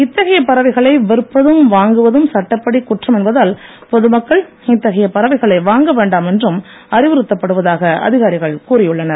இத்தகைய பறவைகளை விற்பதும் வாங்குவதும் சட்டப்படிக் குற்றம் என்பதால் பொதுமக்கள் இத்தகைய பறவைகளை வாங்க வேண்டாம் என்றும் அறிவுறுத்தப்படுவதாக அதிகாரிகள் கூறியுள்ளனர்